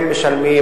הם בדיאטה.